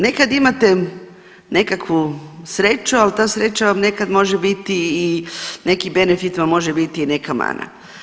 Nekad imate nekakvu sreću, al ta sreća vam nekad može biti i neki benefit vam može biti i neka mana.